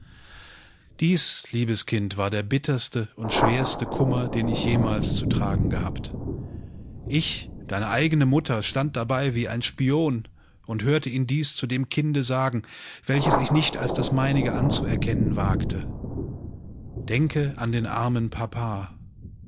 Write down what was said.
dies liebes kind war der bitterste und schwerste kummer denichjemalszutragengehabt ich deineeigenemutter standdabeiwieein spion und hörte ihn dies zu dem kinde sagen welches ich nicht als das meinige anzuerkennen wagte denke an den armen papa